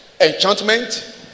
enchantment